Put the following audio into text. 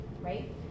Right